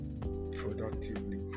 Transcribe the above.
productively